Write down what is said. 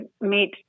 meet